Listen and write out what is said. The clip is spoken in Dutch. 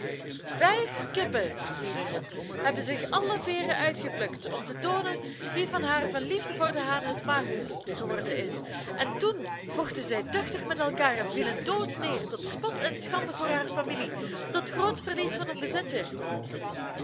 vijf kippen heette het hebben zich alle veeren uitgeplukt om te toonen wie van haar van liefde voor den haan het magerst geworden is en toen vochten zij duchtig met elkaar en vielen dood neer tot spot en schande voor haar familie tot groot verlies van den bezitter